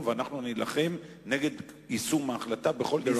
ואנחנו נילחם נגד יישום ההחלטה בכל דרך אפשרית.